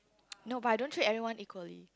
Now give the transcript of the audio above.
no but I don't treat everyone equally